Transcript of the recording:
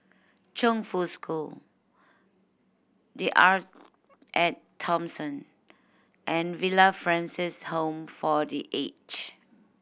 Chongfu School The Arte At Thomson and Villa Francis Home for The Aged